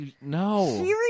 No